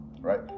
right